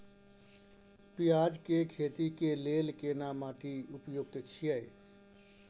पियाज के खेती के लेल केना माटी उपयुक्त छियै?